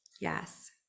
yes